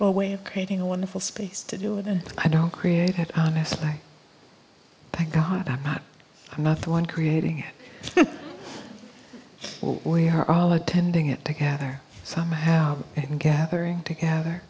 well way of creating a wonderful space to do it and i don't create this like thank god i'm not i'm not the one creating what we are all attending it together somehow and gathering together